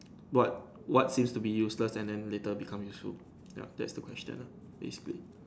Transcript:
what what seems to be useless then later become useful ya that's the question lah basically